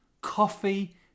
coffee